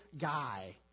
guy